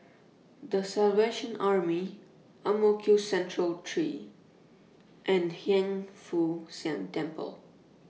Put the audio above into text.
The Salvation Army Ang Mo Kio Central three and Hiang Foo Siang Temple